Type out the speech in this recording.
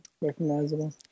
Recognizable